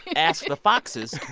asks the foxes.